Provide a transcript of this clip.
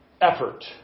effort